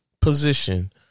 position